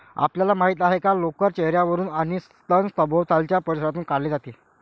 आपल्याला माहित आहे का लोकर चेहर्यावरून आणि स्तन सभोवतालच्या परिसरातून काढले जाते